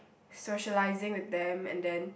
socializing with them and then